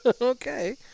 Okay